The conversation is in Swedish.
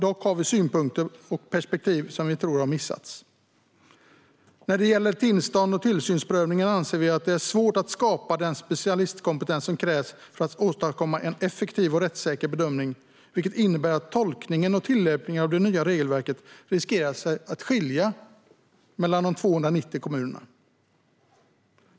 Dock har vi vissa synpunkter och perspektiv som vi tror har missats. När det gäller tillstånds och tillsynsprövning anser vi att det är svårt att skapa den specialistkompetens som krävs för att åstadkomma en effektiv och rättssäker bedömning, vilket innebär att tolkningen och tillämpningen av det nya regelverket riskerar att skilja sig åt mellan våra 290 kommuner.